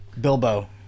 Bilbo